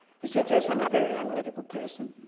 he said, yes, i'm a very analytical person.